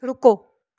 ਰੁਕੋ